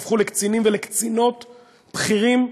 הפכו לקצינים ולקצינות בכירים,